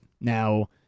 Now